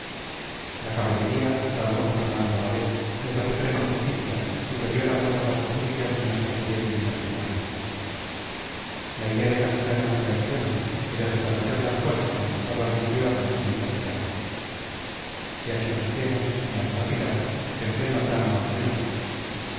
la caballería tal como fernando la ve es la suprema justicia superior a todas las justicias de nuestras leyes divinas y humanas la idea de castigar una traición y de restablecer las cosas en el estado anterior a la intriga villana y aquí nos tienes mi amada pilar en pleno drama o novela